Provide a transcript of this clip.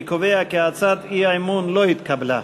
אני קובע כי הצעת האי-אמון לא התקבלה.